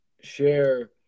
share